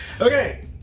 Okay